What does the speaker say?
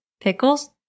pickles